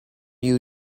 you